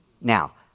Now